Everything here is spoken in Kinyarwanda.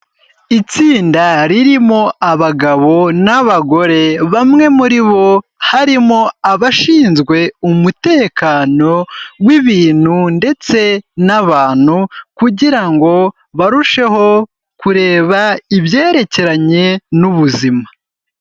Itsinda ririmo abagabo n'abagore, bamwe muri bo harimo abashinzwe umutekano w'ibintu ndetse n'abantu, kugira ngo barusheho kureba ibyerekeranye n'ubuzima.